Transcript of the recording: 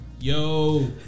yo